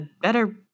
better